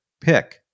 pick